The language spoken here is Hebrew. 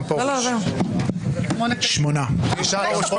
מי נמנע?